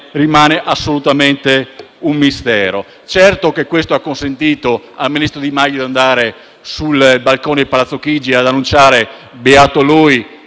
Grazie,